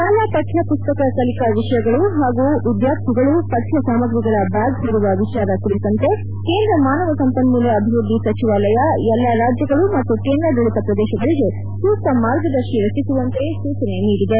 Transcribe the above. ಶಾಲಾ ಪಠ್ಯ ಮಸ್ತಕ ಕಲಿಕಾ ವಿಷಯಗಳು ಹಾಗೂ ವಿದ್ಕಾರ್ಥಿಗಳು ಪಠ್ಯ ಸಾಮಾಗ್ರಿಗಳ ಬ್ಯಾಗ್ ಹೊರುವ ವಿಚಾರ ಕುರಿತಂತೆ ಕೇಂದ್ರ ಮಾನವ ಸಂಪನ್ಮೂಲ ಅಭಿವೃದ್ದಿ ಸಚಿವಾಲಯ ಎಲ್ಲ ರಾಜ್ಯಗಳು ಮತ್ತು ಕೇಂದ್ರಾಡಳಿತ ಪ್ರದೇಶಗಳಿಗೆ ಸೂಕ್ತ ಮಾರ್ಗದರ್ಶಿಯನ್ನು ರಚಿಸುವಂತೆ ಸೂಚನೆ ನೀಡಿದೆ